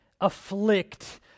afflict